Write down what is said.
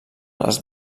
les